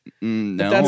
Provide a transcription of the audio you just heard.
no